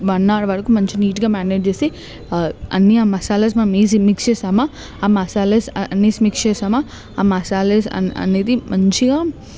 one hour వరకు బాగా నీట్గా మారినేడ్ చేసి అన్ని ఆ మసాలాస్ వేసి మిక్స్ చేశామా ఆ మసాలాస్ అన్ని మిక్స్ చేశామా ఆ మసాలాస్ అన అనేది మంచిగా